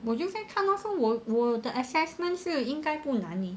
我就在看 lor so 我我的 assessment 是应该不难 leh